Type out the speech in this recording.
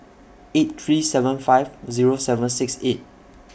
eight three seven five Zero seven six eight